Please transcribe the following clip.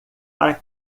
para